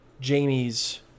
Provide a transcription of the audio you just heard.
Jamie's